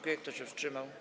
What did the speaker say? Kto się wstrzymał?